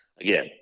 again